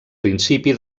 principi